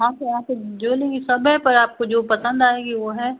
हाँ तो यहाँ पर जो लेंगी सब है पर आपको जो पसंद आएगी वह है